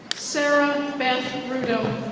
sara beth rudo.